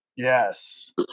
Yes